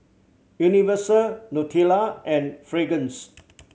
Universal Nutella and Fragrance